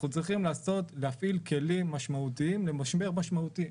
אנחנו צריכים להפעיל כלים משמעותיים במשבר משמעותי,